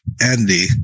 Andy